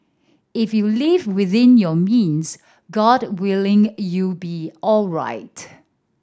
if you live within your means God willing you'll be alright